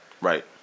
Right